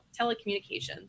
Telecommunications